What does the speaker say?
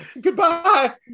Goodbye